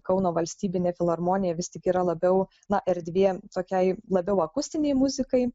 kauno valstybinė filharmonija vis tik yra labiau na erdvė tokiai labiau akustinei muzikai